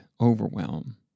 overwhelm